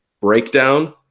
breakdown